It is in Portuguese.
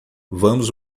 vamos